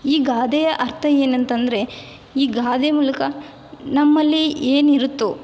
ಈ ಗಾದೆಯ ಅರ್ಥ ಏನು ಅಂತಂದರೆ ಈ ಗಾದೆಯ ಮೂಲಕ ನಮ್ಮಲ್ಲಿ ಏನು ಇರುತ್ತೋ